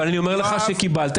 אבל אני מדבר על החלק הגלוי.